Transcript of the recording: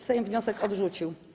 Sejm wniosek odrzucił.